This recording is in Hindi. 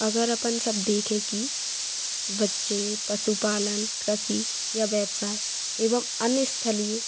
अगर अपन सब देखें कि बच्चे पशुपालन कृषि या व्यवसाय एवं अन्य स्थलीय